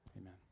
amen